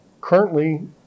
currently